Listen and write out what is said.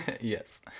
Yes